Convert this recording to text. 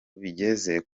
bigeze